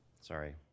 Sorry